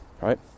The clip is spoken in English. right